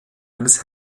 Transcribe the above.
eines